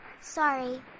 Sorry